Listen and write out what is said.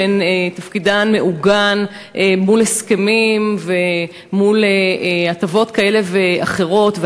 שתפקידן מעוגן בהסכמים ובהטבות כאלה ואחרות,